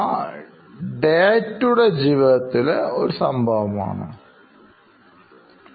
അത് ദൈനംദിന ജീവിതത്തിലെ സംഭവം മാത്രമാണ്